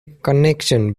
connection